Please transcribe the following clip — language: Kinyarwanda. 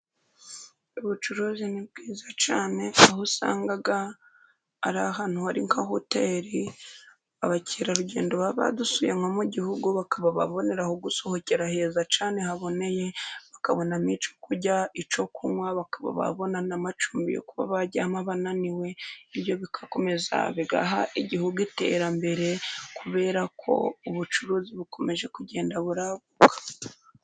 Ubucuruzi ni bwiza cyane aho usanga ari ahantu hari nka hoteri. Abakerarugendo baba badusuye nko mu gihugu bakaba baboneraho aho gusohokera heza cyane haboneye, bakabonamo icyo kurya, icyo kunywa baka babona n'amacumbi yo kuba baryama bananiwe, ibyo bikomeza bigaha igihugu iterambere, kubera ko ubucuruzi bukomeje kugenda bwaguka.